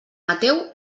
mateu